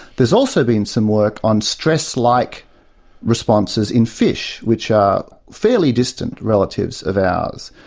there's also been some work on stress-like responses in fish, which are fairly distant relatives of ours.